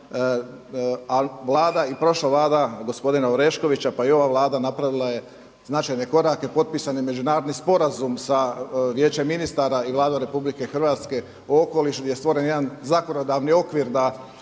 a Vlada i prošla Vlada gospodina Oreškovića, pa i ova Vlada napravila je značajne korake. Potpisan je Međunarodni sporazum sa Vijećem ministara i Vladom RH o okolišu gdje je stvoren jedan zakonodavni okvir da